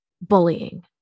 bullying